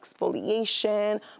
exfoliation